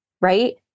right